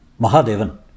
Mahadevan